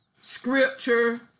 scripture